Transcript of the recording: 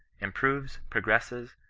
improves, progresses,